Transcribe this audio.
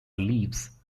leaves